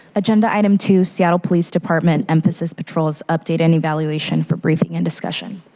agenda item two seattle police department emphasis patrols, update and evaluation for briefing and discussion.